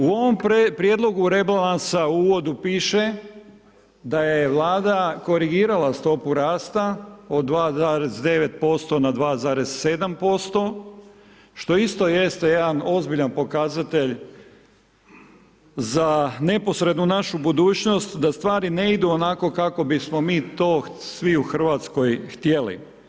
U ovom prijedlogu rebalansa u uvodu piše da je Vlada korigirala stopu rasta od 2,9% na 2,7%, što isto jeste jedan ozbiljan pokazatelj za neposrednu našu budućnost da stvari ne idu onako kako bismo mi to svi u RH htjeli.